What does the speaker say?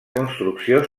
construcció